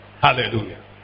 Hallelujah